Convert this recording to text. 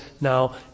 now